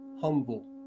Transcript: humble